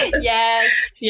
Yes